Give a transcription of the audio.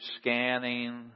scanning